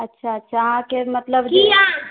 अच्छा अच्छा अहाँके मतलब जे